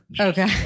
Okay